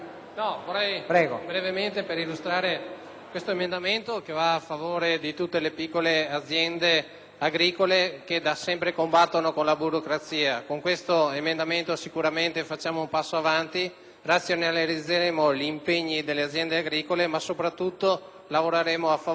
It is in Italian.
agricole che da sempre combattono con la burocrazia. Con l'approvazione di questo emendamento faremmo sicuramente un passo in avanti perché razionalizzeremmo gli impegni delle aziende agricole, ma soprattutto lavoreremmo a favore dell'ecologia, combattendo l'abbandono dei rifiuti.